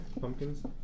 pumpkins